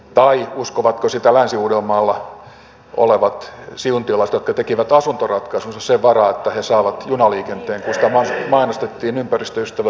tai uskovatko sitä länsi uudellamaalla olevat siuntiolaiset jotka tekivät asuntoratkaisunsa sen varaan että he saavat junaliikenteen kun sitä mainostettiin ympäristöystävällisenä ratkaisuna